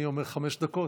אני אומר חמש דקות.